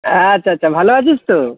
আচ্ছা আচ্ছা ভালো আছিস তো